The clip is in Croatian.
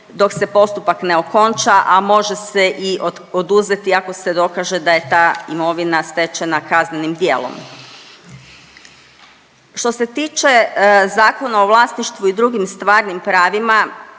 dok se postupak ne okonča, a može se i oduzeti ako se dokaže da je ta imovina stečena kaznenim djelom. Što se tiče Zakona o vlasništvu i drugim stvarnim pravima,